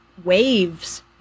waves